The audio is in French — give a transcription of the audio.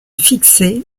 fixé